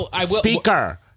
Speaker